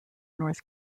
north